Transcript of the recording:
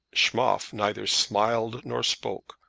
schmoff neither smiled nor spoke,